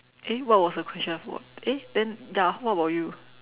eh what was the question I forgot eh then ya what about you